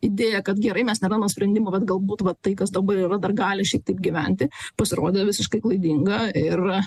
idėja kad gerai mes nerandam sprendimo kad galbūt vat tai kas dabar yra dar gali šiaip taip gyventi pasirodė visiškai klaidinga ir